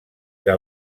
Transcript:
que